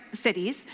cities